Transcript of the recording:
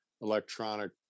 electronic